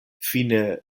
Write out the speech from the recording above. fine